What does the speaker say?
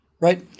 right